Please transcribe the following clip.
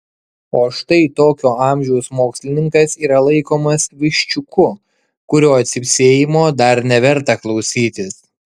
o štai tokio amžiaus mokslininkas yra laikomas viščiuku kurio cypsėjimo dar neverta klausytis